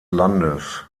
landes